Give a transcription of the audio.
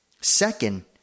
Second